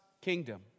kingdom